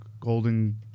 Golden